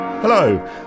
Hello